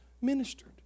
ministered